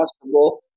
possible